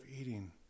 eating